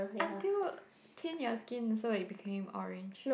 until thin your skin so it's becoming orange